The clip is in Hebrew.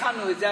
הכנו את זה,